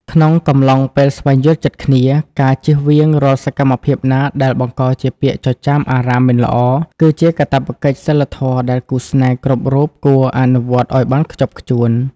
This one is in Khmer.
ក្នុងកំឡុងពេលស្វែងយល់ចិត្តគ្នា ការជៀសវាងរាល់សកម្មភាពណាដែលបង្កជាពាក្យចចាមអារ៉ាមមិនល្អ គឺជាកាតព្វកិច្ចសីលធម៌ដែលគូស្នេហ៍គ្រប់រូបគួរអនុវត្តឱ្យបានខ្ជាប់ខ្ជួន។